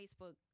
facebook